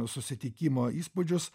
susitikimo įspūdžius